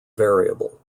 variable